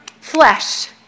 flesh